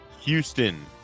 Houston